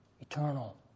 Eternal